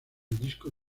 disco